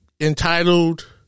entitled